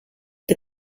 the